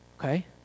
Okay